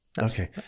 okay